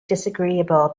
disagreeable